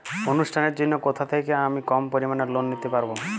অনুষ্ঠানের জন্য কোথা থেকে আমি কম পরিমাণের লোন নিতে পারব?